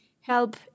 help